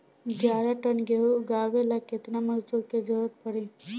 ग्यारह टन गेहूं उठावेला केतना मजदूर के जरुरत पूरी?